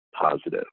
positive